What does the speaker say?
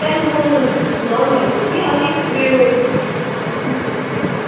कालिम्पोङ घुम्नु आऊँ भनेको कि अलिक उयो भनिदिनु सक्नुहुन्छ